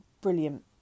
brilliant